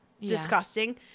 Disgusting